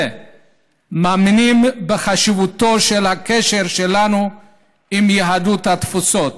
מאמינים בחשיבותו של הקשר שלנו עם יהדות התפוצות.